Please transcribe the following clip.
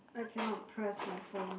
I cannot press my phone